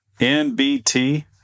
Nbt